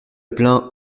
plein